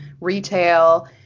retail